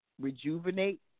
rejuvenate